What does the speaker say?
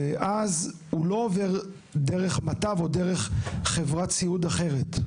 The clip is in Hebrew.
ואז הוא לא עובר דרך מטב או דרך חברת סיעוד אחרת.